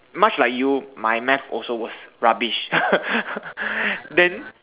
much like you my math also was rubbish then